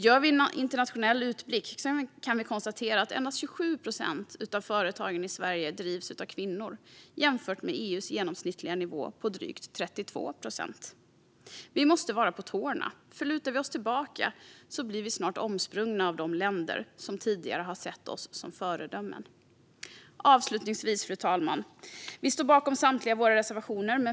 Gör vi en internationell utblick kan vi konstatera att endast 27 procent av företagen i Sverige drivs av kvinnor; detta kan jämföras med EU:s genomsnittliga nivå på drygt 32 procent. Vi måste vara på tårna, för om vi lutar oss tillbaka blir vi snart omsprungna av de länder som tidigare har sett oss som ett föredöme. Avslutningsvis, fru talman, vill jag säga att vi står bakom samtliga våra reservationer.